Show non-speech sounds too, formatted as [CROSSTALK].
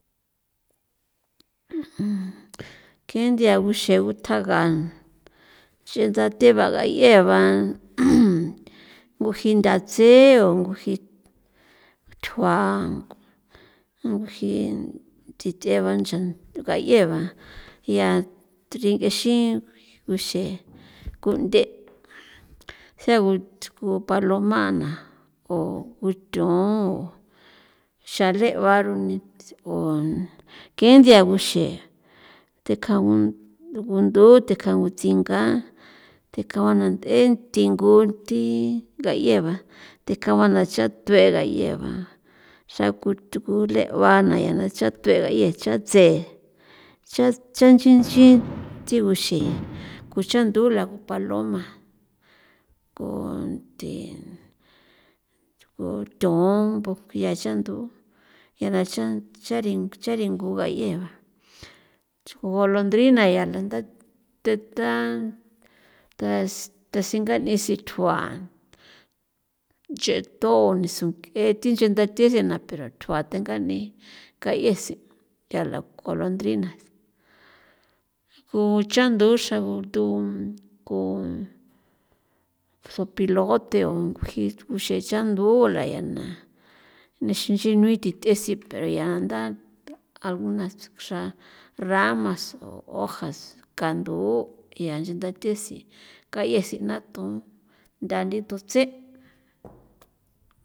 [NOISE] ke nthia guxe gutjagan xitan thenba gayeban [NOISE] nguji ndatsen o nguji thjua o nguji thi th'eban chan gayeba ya trink'e xin guxe [NOISE] ku'nde' segu ku ku paloma na o guthun xa le'ba rune [HESITATION] ke nthia guxe tekja gu gundu tekja utsingaa tekauna nd'e thingu thi ngaye ba tekauana cha thue' gayeba xa kutu gulegua nayaba cha thue' chatse cha cha nchi nchi [NOISE] ti guxe [NOISE] ko cha ndula ko paloma ko the kothon ya chandu ya na chari charingu ngayeba ts'o golondrina ya la nda ta ta tas tasinga'ni sithjoa yeto niso nk'e thi nche ndathe sena pero tjua tegar'ni kayesi yala gulondrinas guchandu xra gutun ku zopilote o nguji uxee chandula yana nexin nchi nuithi th'esi pero yaa nda algunas xra ramas o hojas, candu' yaa nche ndatesi kayesi natu ndandi tutsen'.